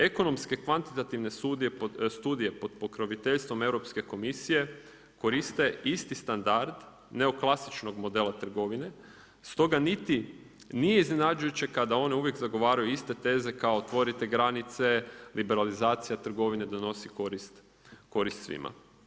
Ekonomske kvantitativne studije pod pokroviteljstvom Europske komisije, koriste isti standard, neoklasičnog modela trgovine, stoga niti nije iznenađujuće kada oni uvijek zagovaraju iste teze kao otvorite granice, liberalizacija trgovine donosi korist svima.